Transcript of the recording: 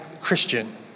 Christian